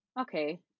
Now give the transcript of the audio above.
okay